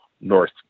north